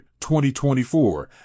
2024